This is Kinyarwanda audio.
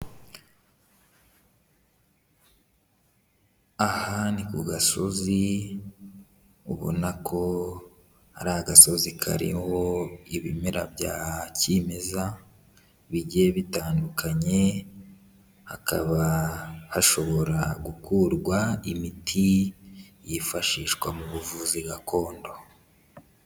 Aha ni ku gasozi, ubona ko ari agasozi kariho ibimera bya kimeza bigiye bitandukanye, hakaba hashobora gukurwa imiti yifashishwa mu buvuzi gakondo.